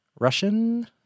Russian